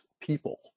people